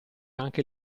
anche